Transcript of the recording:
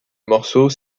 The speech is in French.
morceau